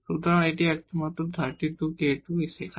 সুতরাং এটি মাত্র 32k2 সেখানে